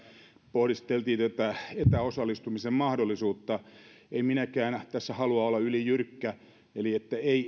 pohdiskeltiin tätä etäosallistumisen mahdollisuutta en minäkään tässä halua olla ylijyrkkä eli että ei